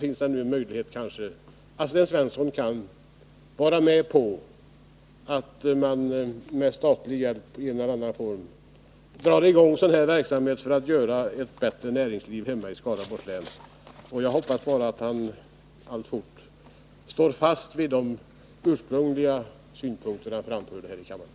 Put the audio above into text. Kanske kan Sten Svensson vara med på att man med statlig hjälpi en eller annan form drar i gång en sådan verksamhet för att åstadkomma ett bättre näringsliv hemma i Skaraborgs län. Jag hoppas bara att han alltfort står fast vid de synpunkter han ursprungligen framförde här i kammaren.